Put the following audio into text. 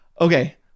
Okay